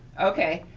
okay.